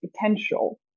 potential